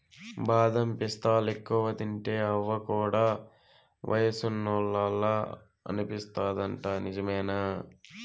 బాదం పిస్తాలెక్కువ తింటే అవ్వ కూడా వయసున్నోల్లలా అగుపిస్తాదంట నిజమేనా